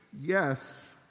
yes